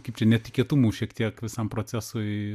kaip čia netikėtumų šiek tiek visam procesui